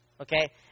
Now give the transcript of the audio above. Okay